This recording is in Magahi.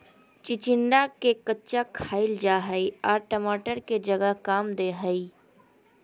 चिचिंडा के कच्चा खाईल जा हई आर टमाटर के जगह काम दे हइ